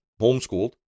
Homeschooled